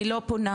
אני לא פונה,